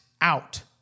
out